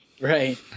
Right